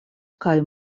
kaj